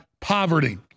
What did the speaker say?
poverty